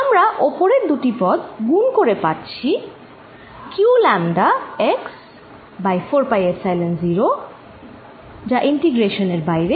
আমরা ওপরের দুটি পদ গুন করে পাচ্ছি q λ x by 4 pi epsilon 0 integration এর বাইরে